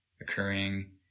occurring